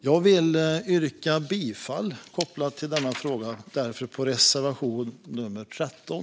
Jag vill därför, kopplat till denna fråga, yrka bifall till reservation 13.